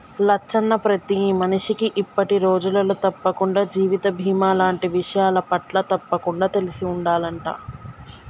లచ్చన్న ప్రతి మనిషికి ఇప్పటి రోజులలో తప్పకుండా జీవిత బీమా లాంటి విషయాలపట్ల తప్పకుండా తెలిసి ఉండాలంట